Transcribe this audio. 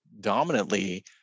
dominantly